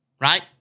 right